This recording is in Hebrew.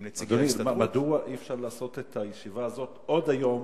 עם נציגי ההסתדרות